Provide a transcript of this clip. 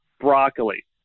broccoli